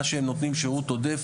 מה שהם נותנים שירות עודף.